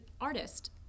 artist